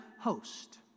host